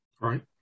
Right